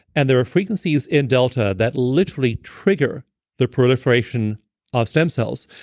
and there are frequencies in delta that literally trigger the proliferation of stem cells.